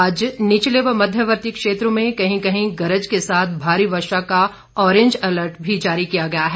आज निचले व मध्यवर्ती क्षेत्रों में कहीं कहीं गरज के साथ भारी वर्षा का ऑरेंज अलर्ट भी जारी किया गया है